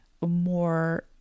more